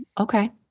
Okay